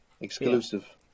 Exclusive